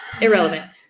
irrelevant